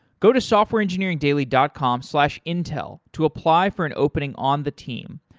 go to softwareengineeringdaily dot com slash intel to apply for an opening on the team.